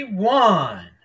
One